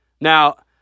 Now